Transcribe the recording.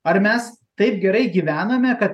ar mes taip gerai gyvename kad